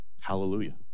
Hallelujah